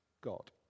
God